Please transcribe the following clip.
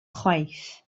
chwaith